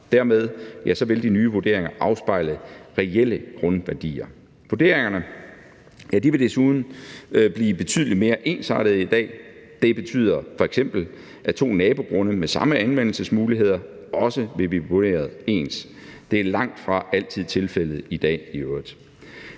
Dermed vil de nye vurderinger afspejle reelle grundværdier. Vurderingerne vil desuden blevet betydelig mere ensartede end i dag, og det betyder f.eks., at to nabogrunde med samme anvendelsesmuligheder også vil blive vurderet ens. Det er langtfra altid tilfældet i dag i øvrigt.